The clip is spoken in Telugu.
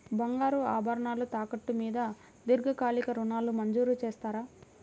బంగారు ఆభరణాలు తాకట్టు మీద దీర్ఘకాలిక ఋణాలు మంజూరు చేస్తారా?